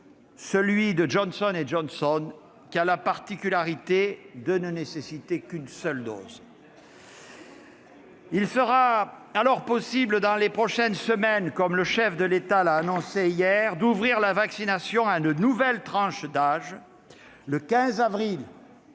celui de Johnson & Johnson, qui a la particularité de ne nécessiter qu'une seule dose. Et Sanofi ? Il sera alors possible, dans les prochaines semaines, comme le chef de l'État l'a annoncé hier, d'ouvrir la vaccination à de nouvelles tranches d'âge : le 15 avril pour